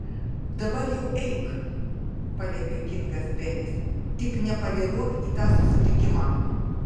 dabar jau eik paliepė kingas benis tik nepavėluok į tą susitikimą